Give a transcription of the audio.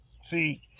See